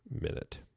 minute